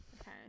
Okay